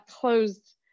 closed